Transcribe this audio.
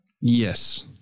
Yes